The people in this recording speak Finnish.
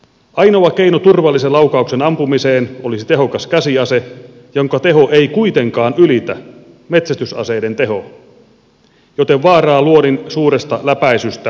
ainoa keino turvallisen laukauksen ampumiseen olisi tehokas käsiase jonka teho ei kuitenkaan ylitä metsästysaseiden tehoa joten vaaraa luodin suuresta läpäisystä ei ole